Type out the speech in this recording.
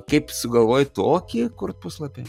kaip sugalvojai tokį kurt puslapį